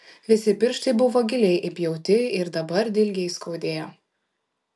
visi pirštai buvo giliai įpjauti ir dabar dilgiai skaudėjo